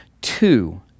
two